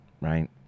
right